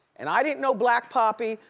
and i didn't know blac papi,